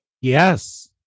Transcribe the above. Yes